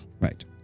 Right